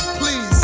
please